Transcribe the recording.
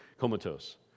comatose